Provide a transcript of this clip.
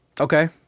Okay